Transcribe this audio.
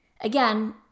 Again